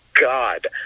God